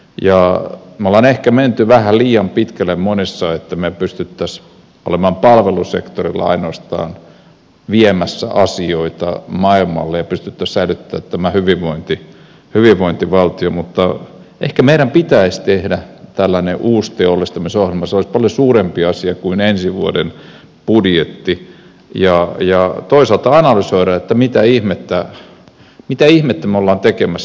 me olemme ehkä menneet vähän liian pitkälle monessa että me pystyisimme olemaan palvelusektorilla ainoastaan viemässä asioita maailmalle ja pystyisimme säilyttämään hyvinvointivaltion mutta ehkä meidän pitäisi tehdä tällainen uusteollistamisohjelma se olisi paljon suurempi asia kuin ensi vuoden budjetti ja toisaalta analysoida mitä ihmettä me olemme tekemässä